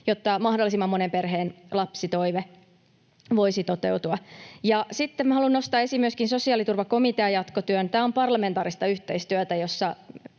jotta mahdollisimman monen perheen lapsitoive voisi toteutua. Ja sitten minä haluan nostaa esiin myöskin sosiaaliturvakomitean jatkotyön. Tämä on parlamentaarista yhteistyötä,